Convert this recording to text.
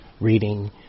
reading